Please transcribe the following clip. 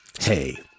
Hey